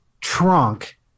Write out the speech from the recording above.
trunk